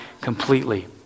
completely